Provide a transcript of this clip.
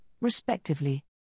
respectively